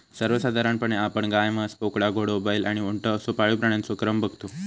सर्वसाधारणपणे आपण गाय, म्हस, बोकडा, घोडो, बैल आणि उंट असो पाळीव प्राण्यांचो क्रम बगतो